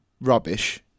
rubbish